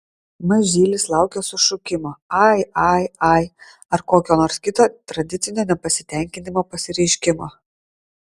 mažylis laukia sušukimo ai ai ai ar kokio nors kito tradicinio nepasitenkinimo pasireiškimo